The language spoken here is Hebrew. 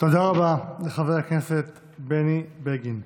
תודה רבה לחבר הכנסת בני בגין.